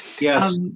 Yes